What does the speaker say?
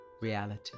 reality